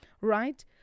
Right